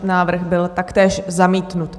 Návrh byl taktéž zamítnut.